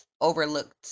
overlooked